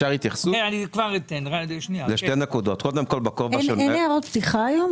קודם כל, אין הערות פתיחה היום?